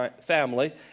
family